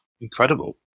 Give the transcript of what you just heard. Incredible